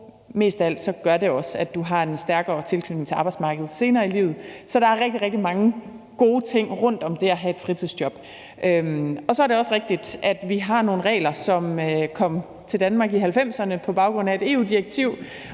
og mest af alt gør det også, at du har en stærkere tilknytning til arbejdsmarkedet senere i livet. Så der er rigtig, rigtig mange gode ting rundt om det at have et fritidsjob. Så er det også rigtigt, at vi har nogle regler, som kom til Danmark i 1990'erne på baggrund af et EU-direktiv,